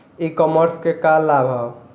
ई कॉमर्स क का लाभ ह?